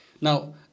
Now